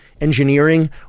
engineering